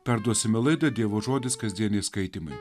perduosime laidą dievo žodis kasdieniai skaitymai